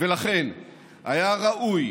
ולכן היה ראוי,